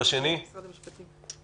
בכך יפתרו לפחות ב-90% את הבעיה.